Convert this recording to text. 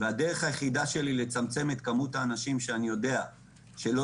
הדרך היחידה שלי לצמצם את כמות האנשים שאני יודע שלא